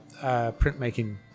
printmaking